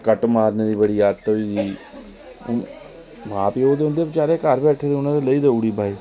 cut मारने दी बड़ी आदत होई दी हुन मां प्यो ते बिचारे घर बैठे दे उनै ते लेई देऊ़डी बाईक